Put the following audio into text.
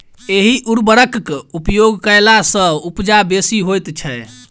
एहि उर्वरकक उपयोग कयला सॅ उपजा बेसी होइत छै